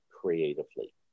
creatively